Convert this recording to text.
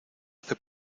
hace